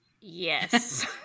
Yes